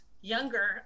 younger